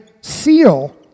seal